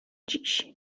dziś